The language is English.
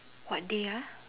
what day ah